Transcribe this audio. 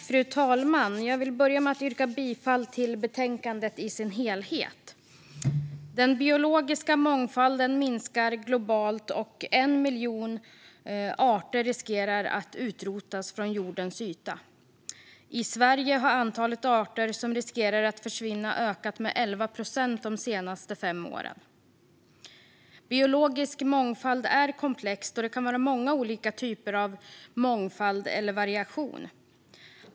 Fru talman! Jag yrkar bifall till förslaget i betänkandet i dess helhet. Den biologiska mångfalden minskar globalt, och 1 miljon arter riskerar att utrotas från jordens yta. I Sverige har antalet arter som riskerar att försvinna ökat med 11 procent de senaste fem åren. Biologisk mångfald är någonting komplext, och det kan vara många olika typer av mångfald eller variation.